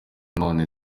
none